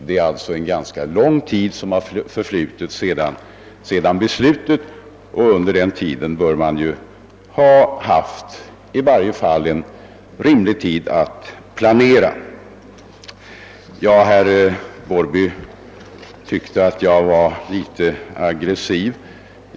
Det är ganska lång tid som förflutit sedan dess och under den tiden borde det ha funnits rimliga möjligheter att anpassa sig till giftnämndens beslut. Herr Larsson i Borrby tyckte att jag var negativ.